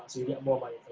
so you get more like